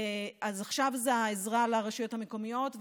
אז עכשיו זו העזרה לרשויות המקומיות,